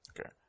Okay